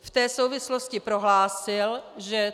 V té souvislosti prohlásil, že